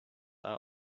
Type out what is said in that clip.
are